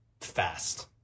fast